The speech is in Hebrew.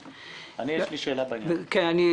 סברתי ולכן גם הבאתי את זה היום,